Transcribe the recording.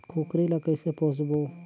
कूकरी ला कइसे पोसबो?